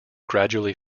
gradually